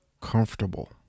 comfortable